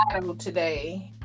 today